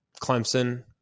Clemson